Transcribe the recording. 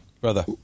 brother